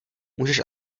můžeš